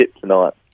tonight